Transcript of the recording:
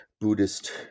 Buddhist